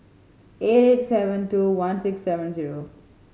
eight eight seven two one six seven zero